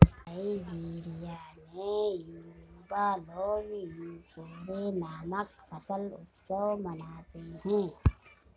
Nigeria में Yoruba लोग Ikore नामक फसल उत्सव मनाते हैं